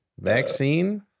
vaccine